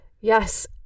Yes